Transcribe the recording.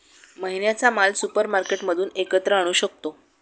महिन्याचा माल सुपरमार्केटमधून एकत्र आणू शकतो